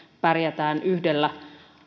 pärjätään yhdellä